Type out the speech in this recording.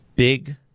Big